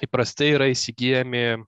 įprastai yra įsigyjami